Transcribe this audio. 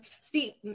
see